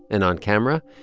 and on camera.